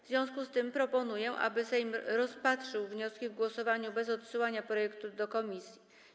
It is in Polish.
W związku z tym proponuję, aby Sejm rozpatrzył wnioski w głosowaniu bez odsyłania projektu do komisji.